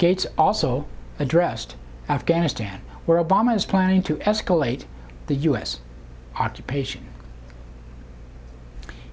gates also addressed afghanistan where obama is planning to escalate the u s occupation